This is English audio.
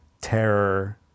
terror